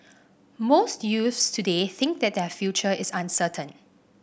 most youths today think that their future is uncertain